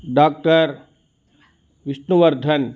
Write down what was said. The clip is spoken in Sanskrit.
डाक्टर् विष्णुवर्धन्